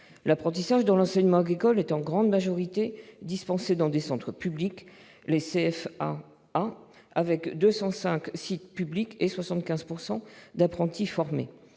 L'apprentissage, dans l'enseignement agricole, est en grande majorité dispensé dans des centres publics, les CFAA, avec 205 sites publics et 75 % d'apprentis formés.